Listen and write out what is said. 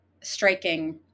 striking